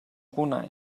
brunei